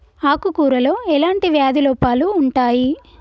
ఆకు కూరలో ఎలాంటి వ్యాధి లోపాలు ఉంటాయి?